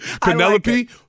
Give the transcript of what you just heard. Penelope